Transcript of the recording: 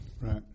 Right